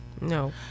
No